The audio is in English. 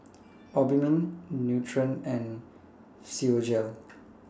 Obimin Nutren and Physiogel